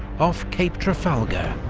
off cape trafalgar.